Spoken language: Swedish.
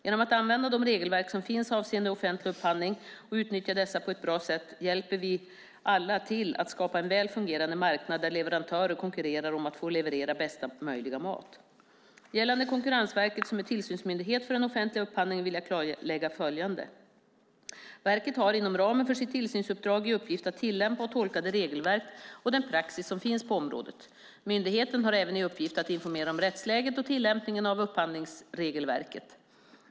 Genom att använda de regelverk som finns avseende offentlig upphandling och utnyttja dessa på ett bra sätt hjälper vi alla till att skapa en väl fungerande marknad där leverantörer konkurrerar om att få leverera bästa möjliga mat. Gällande Konkurrensverket, som är tillsynsmyndighet för den offentliga upphandlingen, vill jag klarlägga följande. Verket har inom ramen för sitt tillsynsuppdrag i uppgift att tillämpa och tolka det regelverk och den praxis som finns på området. Myndigheten har även i uppgift att informera om rättsläget och tillämpningen av upphandlingsregelverket.